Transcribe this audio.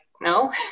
no